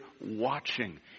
watching